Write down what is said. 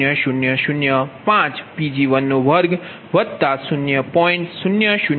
આ ખોટનુ સમીકરણ આપવામાં આવ્યુ છે જે B11 અને B22 છે